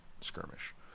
skirmish